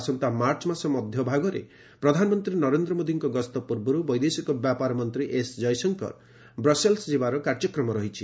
ଆସନ୍ତା ମାର୍ଚ୍ଚ ମାସ ମଧ୍ୟ ଭାଗରେ ପ୍ରଧାନମନ୍ତ୍ରୀ ନରେନ୍ଦ୍ର ମୋଦୀଙ୍କ ଗସ୍ତ ପୂର୍ବରୁ ବୈଦେଶିକ ବ୍ୟାପାର ମନ୍ତ୍ରୀ ଏସ୍ ଜୟଶଙ୍କର ବ୍ରସେଲସ୍ ଯିବାର କାର୍ଯ୍ୟକ୍ରମ ରହିଛି